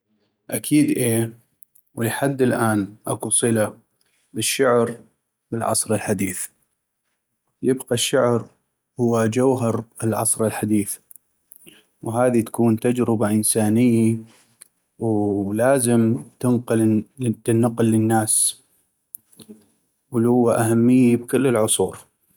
اكيد اي ولي حد الآن اكو صلة للشعر بالعصر الحديث ،يبقى الشعر جوهر العصر الحديث ،وهذي تكون تجربة إنساني ولازم تنقل للناس، ولوا اهميي بكل العصور.